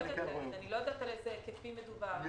אני לא יודעת על איזה היקפים מדובר.